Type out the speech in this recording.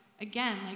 Again